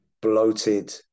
bloated